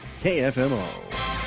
KFMO